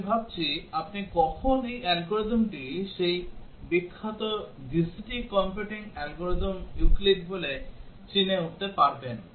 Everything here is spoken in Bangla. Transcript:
আমি ভাবছি আপনি কখন এই অ্যালগরিদমটি এটি বিখ্যাত GCD কম্পিউটিং অ্যালগরিদম ইউক্লিড বলে চিনে উঠতে পারবেন